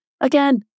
Again